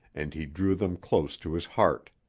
and he drew them close to his heart.